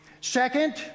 Second